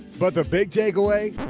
but the big takeaway.